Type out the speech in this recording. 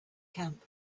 camp